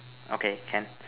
okay can